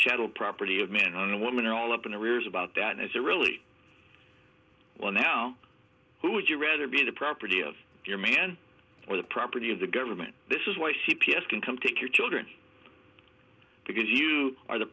chattel property of man and woman all up in arrears about that as a really well now who would you rather be the property of your man or the property of the government this is why c p s can come take your children because you are the